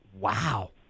Wow